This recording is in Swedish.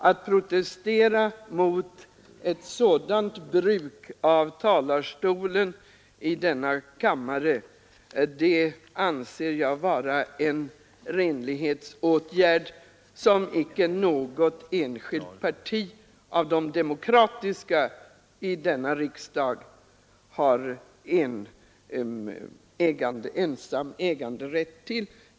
Att protestera mot ett sådant bruk av talarstolen i denna kammare anser jag vara en renlighetsåtgärd som icke något enskilt demokratiskt parti i denna riksdag har äganderätt till.